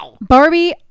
Barbie